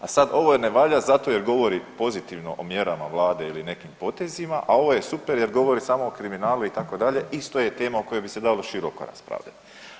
A sad, ovo ne valja zato jer govori pozitivno o mjerama Vlade ili nekim potezima, a ovo je super jer govori samo o kriminalu, itd. isto je tema o kojoj bi se dalo široko raspravljati.